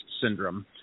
syndrome